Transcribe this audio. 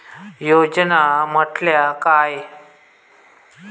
योजना म्हटल्या काय?